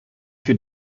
für